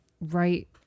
right